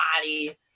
body